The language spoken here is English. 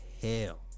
hell